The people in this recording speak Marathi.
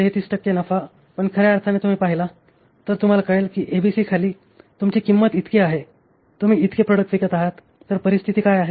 33 टक्के नफा पण खऱ्या अर्थाने तुम्ही पाहिला तर तुम्हाला कळेल की एबीसीखाली तुमची किंमत इतकी आहे तुम्ही इतके प्रॉडक्ट विकत आहात तर परिस्थिती काय आहे